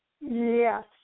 Yes